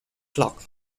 clock